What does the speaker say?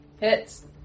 hits